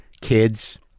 Kids